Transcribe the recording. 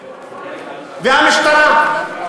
והמשטרה.